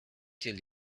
till